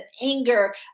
anger